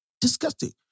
disgusting